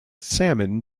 salmon